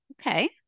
Okay